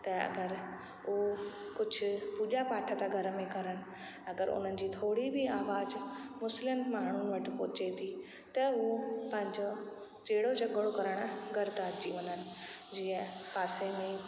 त अगरि उहो कुझु पूॼा पाठ था घर में करनि अगरि उन्हनि जी थोरी बि आवाज़ु मुस्लनि माण्हू वटि पहुचे थी त उहे पंहिंजो जहिड़ो झॻिड़ो करण घर था अची वञनि जीअं पासे में ही